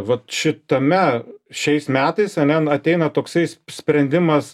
vat šitame šiais metais ane ateina toksai sprendimas